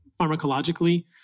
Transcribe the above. pharmacologically